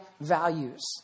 values